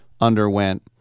underwent